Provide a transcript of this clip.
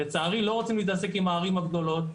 לצערי לא רוצים להתעסק עם הערים הגדולות,